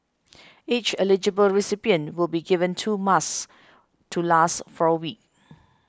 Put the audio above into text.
each eligible recipient will be given two masks to last for a week